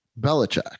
Belichick